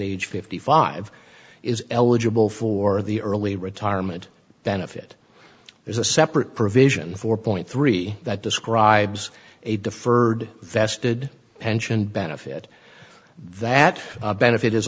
age fifty five is eligible for the early retirement benefit is a separate provision four point three that describes a deferred vested pension benefit that benefit is